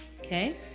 Okay